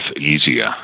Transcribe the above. easier